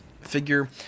figure